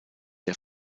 der